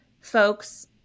folks